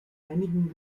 einigen